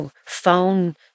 phone